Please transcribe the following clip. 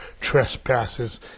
trespasses